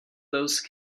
those